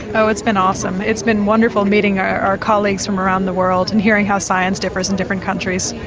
oh it's been awesome. it's been wonderful meeting our colleagues from around the world and hearing how science differs in different countries.